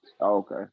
Okay